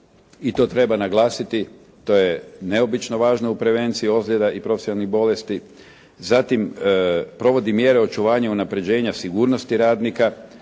i to treba naglasiti, to je neobično važno u prevenciji ozljeda i profesionalnih bolesti. Zatim, provodi mjere očuvanja i unaprjeđenja sigurnosti radnika,